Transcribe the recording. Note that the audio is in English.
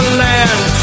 land